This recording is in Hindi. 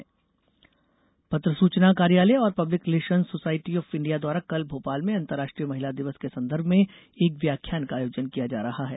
पीआईबी कार्यशाला पत्र सूचना कार्यालय और public relations society of India द्वारा कल भोपाल में अंतर्राष्ट्रीय महिला दिवस के संदर्भ में एक व्याख्यान का आयोजन किया जा रहा है